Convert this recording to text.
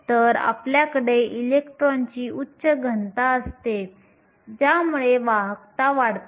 तर आपल्याकडे इलेक्ट्रॉनची उच्च घनता असते ज्यामुळे वाहकता वाढते